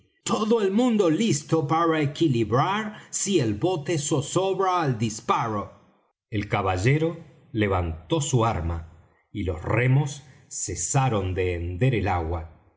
todo el mundo listo para equilibrar si el bote zozobra al disparo el caballero levantó su arma y los remos cesaron de hender el agua